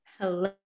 Hello